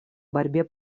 борьбе